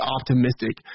optimistic